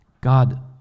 God